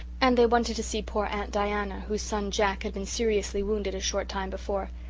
and they wanted to see poor aunt diana, whose son jock had been seriously wounded a short time before.